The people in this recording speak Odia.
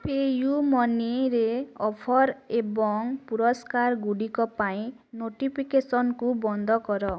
ପେୟୁମନିରେ ଅଫର୍ ଏବଂ ପୁରସ୍କାରଗୁଡ଼ିକ ପାଇଁ ନୋଟିଫିକେସନ୍କୁ ବନ୍ଦ କର